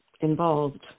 involved